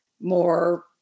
more